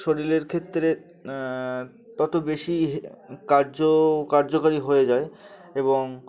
শরীরের ক্ষেত্রে তত বেশি কার্যকার্যকারী হয়ে যায় এবং